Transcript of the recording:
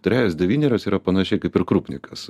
trejos devynerios yra panašiai kaip ir krupnikas